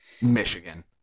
Michigan